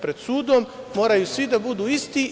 Pred sudom moraju svi da budu isti.